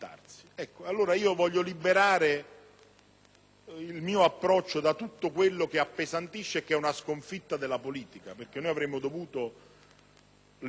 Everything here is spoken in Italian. il mio approccio da tutto quanto lo appesantisce e rappresenta una sconfitta della politica, perché noi avremmo dovuto licenziare una legge che al proprio interno